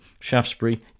Shaftesbury